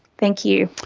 thank you.